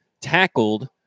tackled